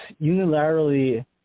unilaterally